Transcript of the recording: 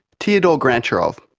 teodor grantcharov.